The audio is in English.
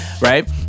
right